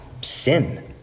sin